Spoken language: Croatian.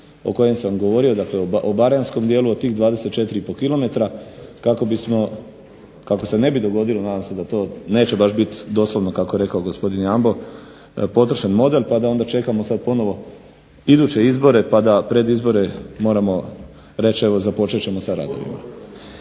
o kojem sam govorio, dakle o baranjskom dijelu, o tih 24,5 km kako se ne bi dogodilo, nadam se da to neće baš biti doslovno kako je rekao gospodin Jambo, potrošan model pa da onda čekamo sad ponovo iduće izbore pa da predizbore moramo reći evo započet ćemo sa radovima.